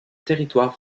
territoire